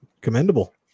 Commendable